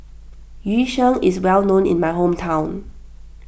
Yu Sheng is well known in my hometown